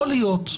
יכול להיות,